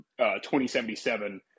2077